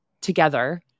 together